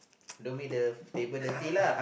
don't make the table dirty lah